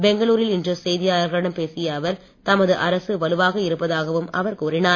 பெங்களுரில் இன்று செய்தியாளர்களிடம் பேசிய அவர் தமது அரசு வலுவாக இருப்பதாகவும் அவர் கூறினார்